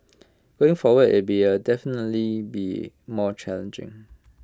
going forward IT be A definitely be more challenging